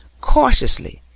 Cautiously